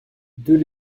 deux